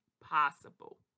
possible